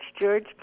George